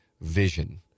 vision